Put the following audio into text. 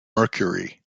mercury